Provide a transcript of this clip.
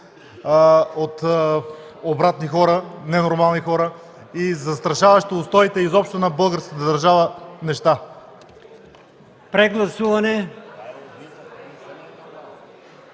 от обратни хора – ненормални хора, и застрашаващи устоите, изобщо на българската държава, неща. Благодаря.